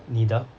needle